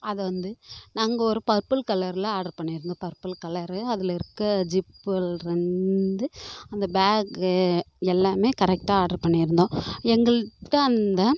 அதை வந்து நாங்கள் ஒரு பர்பிள் கலரில் ஆடர் பண்ணியிருந்தோம் பர்பிள் கலரு அதில் இருக்கற ஜிப்புலிருந்து அந்த பேகு எல்லாமே கரெக்டாக ஆடர் பண்ணியிருந்தோம் எங்கள்ட அந்த